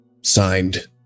Signed